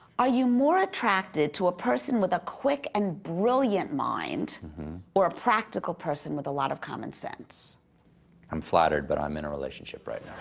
are you more attracted to a person with a quick and brilliant mind or a practical person with a lot of common sense? stephen i'm flattered, but i'm in a relationship right